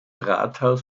rathaus